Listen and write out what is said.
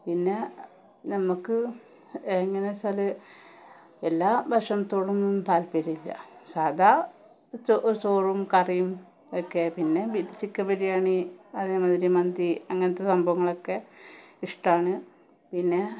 പിന്നെ നമുക്ക് എങ്ങനെ എന്ന് വെച്ചാൽ എല്ലാ ഭഷണത്തോടൊന്നും താല്പര്യമില്ല സാദാ ചോറും കറിയും ഒക്കെയാണ് പിന്നെ ചിക്കൻ ബിരിയാണി അതേമാതിരി മന്തി അങ്ങനത്തെ സംഭവങ്ങളൊക്കെ ഇഷ്ടമാണ് പിന്നെ